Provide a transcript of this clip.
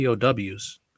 pows